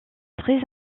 très